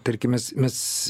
tarkim mes mes